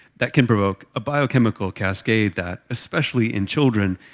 that can provoke a biochemical cascade that, especially in children,